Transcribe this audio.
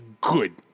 good